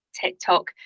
tiktok